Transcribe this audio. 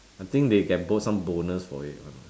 I think they get some bonus for it [one] lah